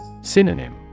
Synonym